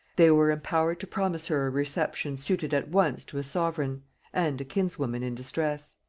they were empowered to promise her a reception suited at once to a sovereign and a kinswoman in distress.